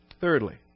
Thirdly